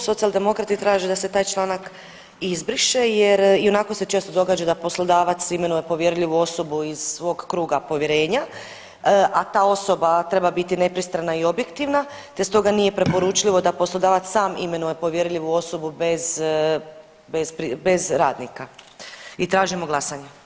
Klub Socijaldemokrati traže da se taj članak izbriše jer i onako se često događa da poslodavac imenuje povjerljivu osobu iz svog kruga povjerenja, a ta osoba treba biti nepristrana i objektivna te stoga nije preporučljivo da poslodavac sam imenuje povjerljivu osobu bez radnika i tražimo glasanje.